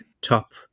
top